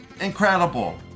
Incredible